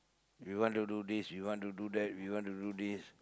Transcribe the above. we want to do this we want to do that we want to do this